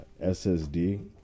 SSD